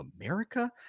America